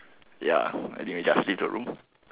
ya I think we just leave the room